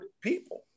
people